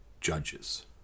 judges